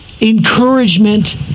encouragement